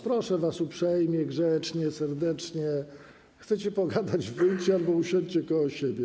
Proszę was uprzejmie, grzecznie, serdecznie: chcecie pogadać, wyjdźcie albo usiądźcie koło siebie.